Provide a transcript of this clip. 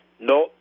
no